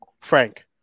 Frank